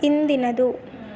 ಹಿಂದಿನದು